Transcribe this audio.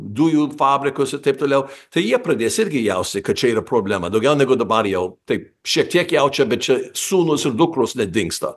dujų fabrikuose ir taip toliau tai jie pradės irgi jausti kad čia yra problema daugiau negu dabar jau taip šiek tiek jaučia bet čia sūnūs ir dukros nedingsta